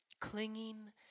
clinging